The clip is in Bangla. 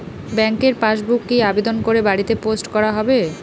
ব্যাংকের পাসবুক কি আবেদন করে বাড়িতে পোস্ট করা হবে?